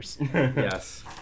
Yes